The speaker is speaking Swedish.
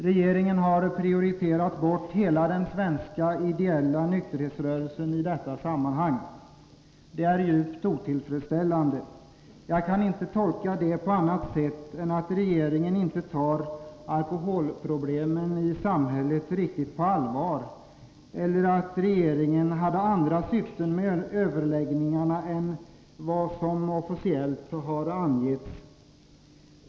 Regeringen har prioriterat bort hela den svenska ideella nykterhetsrörelsen i detta sammanhang. Det är djupt otillfredsställande. Jag kan inte tolka detta på annat sätt än att regeringen inte tar alkoholproblemen i samhället riktigt på allvar eller att regeringen hade andra syften med överläggningarna än dem som officiellt har angetts.